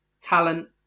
talent